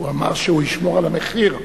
הוא אמר שהוא ישמור על המחיר,